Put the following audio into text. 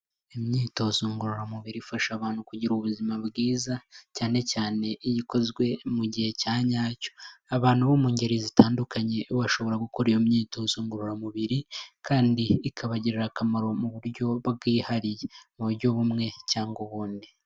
Imyitozo ngororamubiri ifasha abantu kugira ubuzima bwiza cyane cyane iyo ikozwe mu gihe cya nyacyo, abantu bo mu ngeri zitandukanye bashobora gukora iyo myitozo ngororamubiri kandi ikabagirira akamaro mu buryo bwihariye mu buryo bumwe cyangwa ubundi.